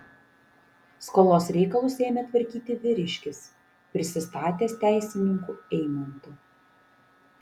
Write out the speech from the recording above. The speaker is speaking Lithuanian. skolos reikalus ėmė tvarkyti vyriškis prisistatęs teisininku eimantu